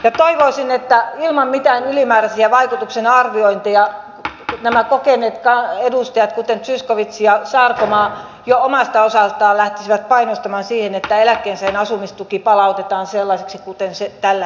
toivoisin että ilman mitään ylimääräisiä vaikutuksenarviointeja nämä kokeneet edustajat kuten zyskowicz ja sarkomaa jo omalta osaltaan lähtisivät painostamaan siihen että eläkkeensaajien asumistuki palautetaan sellaiseksi kuin se tällä hetkelläkin on